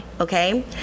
okay